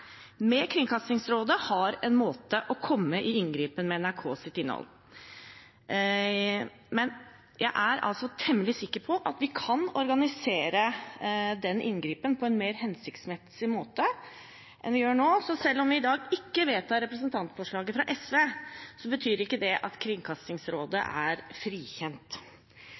med Kringkastingsrådet har en måte å komme i inngripen med NRKs innhold. Men jeg er altså temmelig sikker på at vi kan organisere den inngripenen på en mer hensiktsmessig måte enn vi gjør nå, så selv om vi i dag ikke vedtar representantforslaget fra SV, betyr ikke det at Kringkastingsrådet er frikjent.